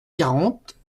quarante